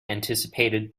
anticipated